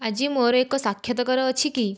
ଆଜି ମୋର ଏକ ସାକ୍ଷାତକାର ଅଛି କି